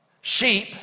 Sheep